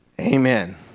Amen